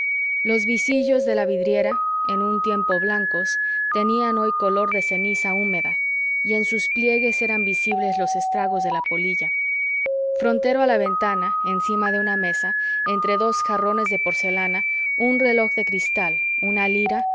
los visillos de la vidriera en un tiempo blancos tenían hoy color de ceniza húmeda y en sus pliegues eran visibles los estragos de la polilla frontero a la ventana encima de una mesa entre dos jarrones de porcelana un reloj de cristal una lira